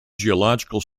geological